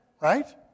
right